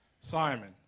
Simon